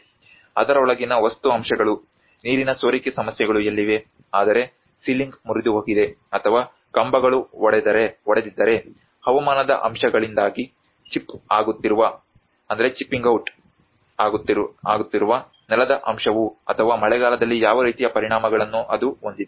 ಅದರೊಳಗಿನ ವಸ್ತು ಅಂಶಗಳು ನೀರಿನ ಸೋರಿಕೆ ಸಮಸ್ಯೆಗಳು ಎಲ್ಲಿವೆ ಆದರೆ ಸೀಲಿಂಗ್ ಮುರಿದುಹೋಗಿದೆ ಅಥವಾ ಕಂಬಗಳು ಒಡೆದಿದ್ದರೆ ಹವಾಮಾನದ ಅಂಶಗಳಿಂದಾಗಿ ಚಿಪ್ ಆಗುತ್ತಿರುವ ನೆಲದ ಅಂಶವು ಅಥವಾ ಮಳೆಗಾಲದಲ್ಲಿ ಯಾವ ರೀತಿಯ ಪರಿಣಾಮಗಳನ್ನು ಅದು ಹೊಂದಿದೆ